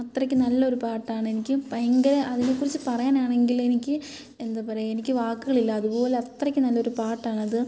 അത്രയ്ക്ക് നല്ല ഒരു പാട്ടാണ് എനിക്ക് ഭയങ്കര അതിനെ കുറിച്ച് പറയാനാണെങ്കിൽ എനിക്ക് എന്താ പറയാ എനിക്ക് വാക്കുകളില്ല അതുപോലെ അത്രയ്ക്ക് നല്ലൊരു പാട്ടാണത്